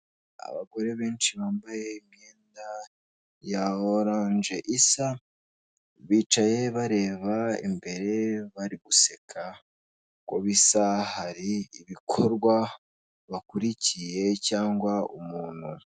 Abagore benshi bambaye imyenda ya oranje isa bicaye bareba imbere bari guseka, uko bisa hari ibikorwa bakurikiye cyangwa umuntu.